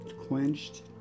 quenched